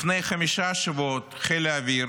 לפני חמישה שבועות חיל האוויר